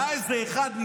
היה איזה אחד,